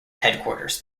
headquarters